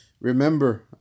Remember